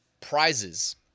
prizes